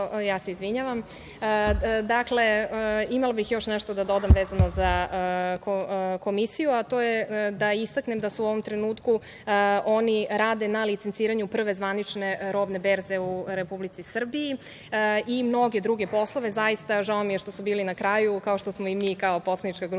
se izvinjavam. Imala bih još nešto da dodam vezano za Komisiju, a to je da istaknem da u ovom trenutku oni rade na licenciranju prve zvanične robne berze u Republici Srbiji i mnoge druge poslove. Žao mi je što smo bili na kraju kao poslanička grupa,